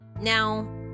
now